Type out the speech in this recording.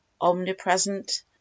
omnipresent